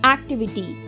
Activity